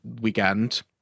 weekend